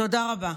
תודה רבה.